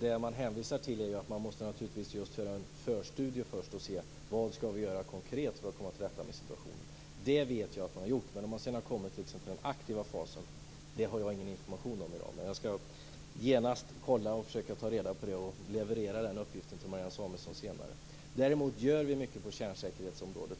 Det man hänvisar till är att man naturligtvis måste göra en förstudie och se vad som kan göras konkret för att komma till rätta med situationen. Det vet jag att man har gjort. Om man sedan har kommit till den aktiva fasen har jag ingen information om i dag, men jag skall genast försöka ta reda på det och leverera den uppgiften till Marianne Samuelsson senare. Däremot gör vi mycket på kärnsäkerhetsområdet.